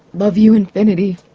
love you infinity,